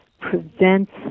prevents